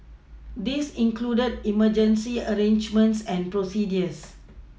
this included emergency arrangements and procedures